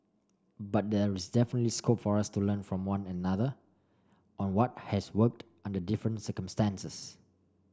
but there is definitely scope for us to learn from one another on what has worked under different circumstances